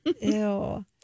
Ew